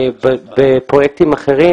בפרויקטים אחרים,